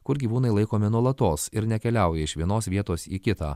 kur gyvūnai laikomi nuolatos ir nekeliauja iš vienos vietos į kitą